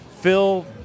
Phil